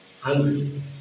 hungry